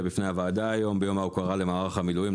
בפני הוועדה היום ביום ההוקרה למערך המילואים,